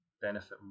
benefit